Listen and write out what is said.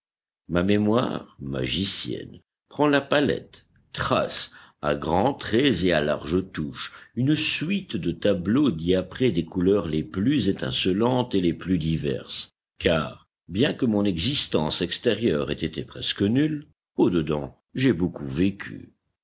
ma mémoire magicienne prend la palette trace à grands traits et à larges touches une suite de tableaux diaprés des couleurs les plus étincelantes et les plus diverses car bien que mon existence extérieure ait été presque nulle au dedans j'ai beaucoup vécu